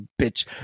bitch